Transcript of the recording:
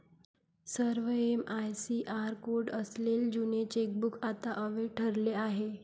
सर्व MICR code असलेले जुने चेकबुक आता अवैध ठरले आहे